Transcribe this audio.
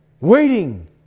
Waiting